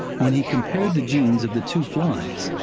when he compared the genes of the two flies,